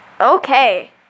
Okay